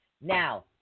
now